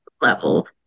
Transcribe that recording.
level